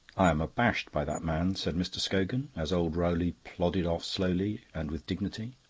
i am abashed by that man, said mr. scogan, as old rowley plodded off slowly and with dignity.